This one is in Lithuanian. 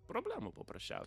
problemų paprasčiaus